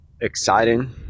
Exciting